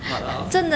!walao!